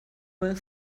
mal